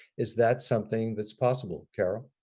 is that something that's possible, carol?